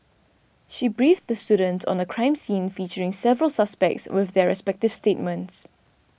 she briefed the students on a crime scene featuring several suspects with their respective statements